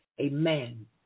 Amen